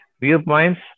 viewpoints